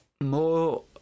more